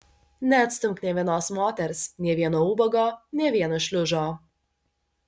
neatstumk nė vienos moters nė vieno ubago nė vieno šliužo